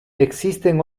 existen